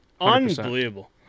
Unbelievable